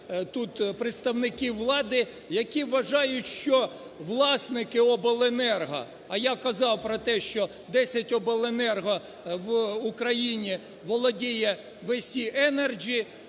тут представників влади, які вважають, що власники Обленерго, а я казав про те, що 10 обленерго в Україні володіє "VS Еnergy",